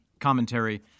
commentary